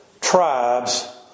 tribes